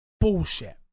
Bullshit